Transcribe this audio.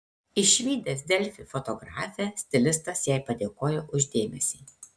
išvydęs delfi fotografę stilistas jai padėkojo už dėmesį